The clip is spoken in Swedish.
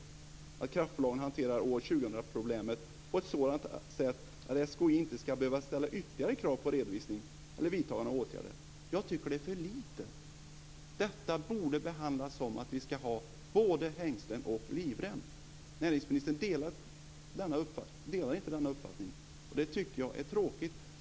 Det handlar om att kraftbolagen hanterar 2000-problemen på ett sådant sätt att SKI inte ska behöva ställa ytterligare krav på redovisning eller vidta några åtgärder. Jag tycker att det är för lite. Detta borde behandlas som att vi ska ha både hängslen och livrem. Näringsministern delar inte denna uppfattning, och det tycker jag är tråkigt.